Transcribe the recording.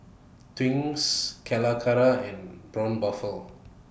Twinings Calacara and Braun Buffel